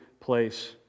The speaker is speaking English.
place